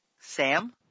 Sam